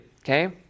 Okay